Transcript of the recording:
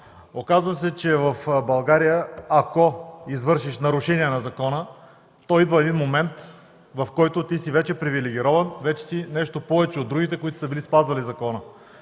Оказва се, че в България ако извършиш нарушение на закона, то идва момент, в който ти вече си привилегирован, вече си нещо повече от другите, които са спазвали закона.